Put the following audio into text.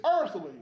earthly